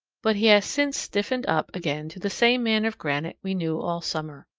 but he has since stiffened up again to the same man of granite we knew all summer.